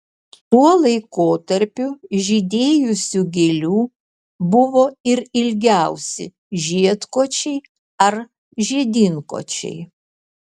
tuo laikotarpiu žydėjusių gėlių buvo ir ilgiausi žiedkočiai ar žiedynkočiai